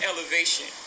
elevation